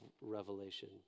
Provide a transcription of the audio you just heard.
revelation